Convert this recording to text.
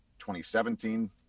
2017